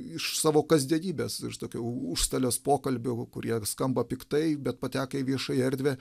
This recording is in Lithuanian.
iš savo kasdienybės iš tokio užstalės pokalbių kurie skamba piktai bet patekę į viešąją erdvę